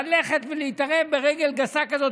ללכת ולהתערב ברגל גסה כזאת,